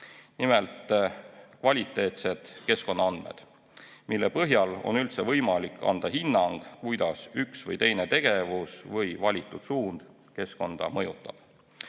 Nimelt, kvaliteetsed keskkonnaandmed, mille põhjal on üldse võimalik anda hinnangut, kuidas üks või teine tegevus või valitud suund keskkonda mõjutab.